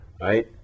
right